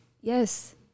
Yes